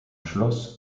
schloss